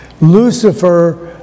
Lucifer